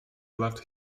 left